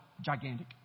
gigantic